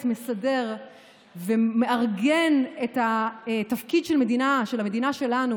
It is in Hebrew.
מסדר ומארגן את התפקיד של המדינה שלנו,